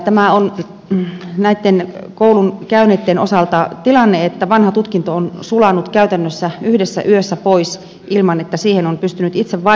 tämä on näitten koulun käyneitten osalta tilanne että vanha tutkinto on sulanut käytännössä yhdessä yössä pois ilman että siihen on pystynyt itse vaikuttamaan